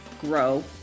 grow